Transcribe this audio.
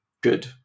good